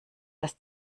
das